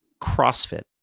CrossFit